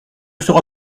sera